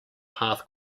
path